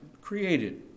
created